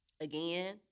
again